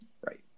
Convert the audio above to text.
Right